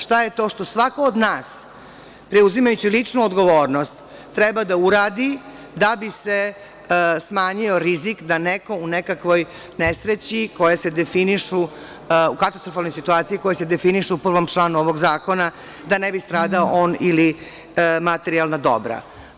Šta je to što svako od nas preuzimajući lično odgovornost treba da uradi da bi se smanjio rizik da neko u nekakvoj nesreći u katastrofalnoj situaciji, koji se definišu po članu ovog zakona, da ne bi stradao on ili materijalna dobra.